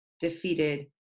defeated